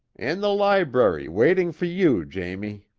in the library waiting for you, jamie!